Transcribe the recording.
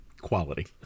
Quality